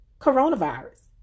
coronavirus